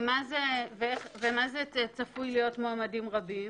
ומה זה צפוי להיות מועמדים רבים?